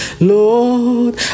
lord